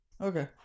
Okay